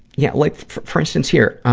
yeah, like, for instance here,